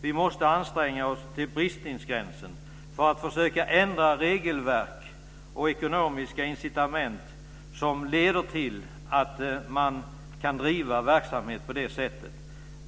Vi måste anstränga oss till bristningsgränsen för att försöka ändra regelverk och ekonomiska incitament som leder till att man kan driva verksamhet på det sättet.